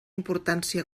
importància